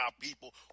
people